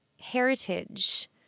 heritage